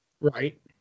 Right